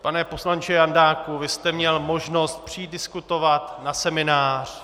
Pane poslanče Jandáku, vy jste měl možnost přijít diskutovat na seminář.